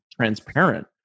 transparent